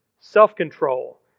self-control